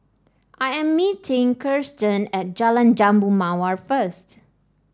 I am meeting Kiersten at Jalan Jambu Mawar first